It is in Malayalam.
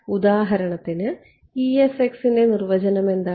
ഉദാഹരണത്തിന് ൻറെ നിർവചനം എന്താണ്